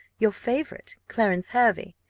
your favourite, clarence hervey.